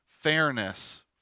fairness